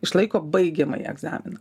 išlaiko baigiamąjį egzaminą